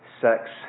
sex